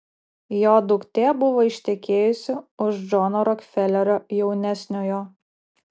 jo duktė buvo ištekėjusi už džono rokfelerio jaunesniojo